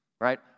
right